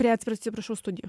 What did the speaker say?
prie atsi atsiprašau studijų